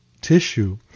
tissue